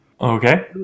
Okay